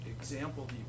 example